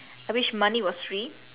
I wish money was free